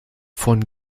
von